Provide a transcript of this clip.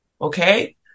okay